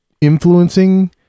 influencing